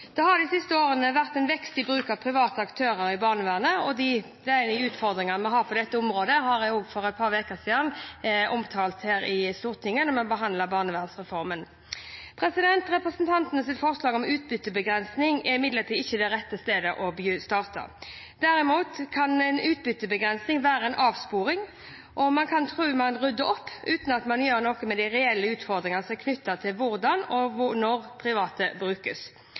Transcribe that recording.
Det har de siste årene vært en vekst i bruken av private aktører i barnevernet. De utfordringene vi har på dette området, omtalte jeg for et par uker siden i Stortinget da vi behandlet barnevernsreformen. Representantenes forslag om utbyttebegrensning er imidlertid ikke det rette stedet å starte. Derimot kan en utbyttebegrensning være en avsporing. Man kan tro man rydder opp, uten at man gjør noe med de reelle utfordringene knyttet til hvordan og når private brukes.